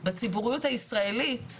בציבוריות הישראלית.